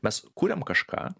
mes kuriam kažką